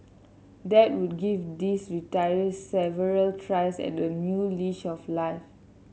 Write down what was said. that would give these retirees several tries at a new leash of life